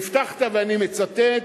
והבטחת, ואני מצטט: